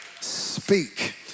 Speak